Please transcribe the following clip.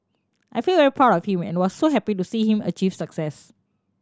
I feel very proud of him and was so happy to see him achieve success